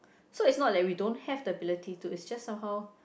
so it's not that we don't have the ability to it's just somehow